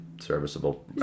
serviceable